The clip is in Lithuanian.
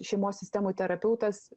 šeimos sistemų terapeutas